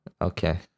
Okay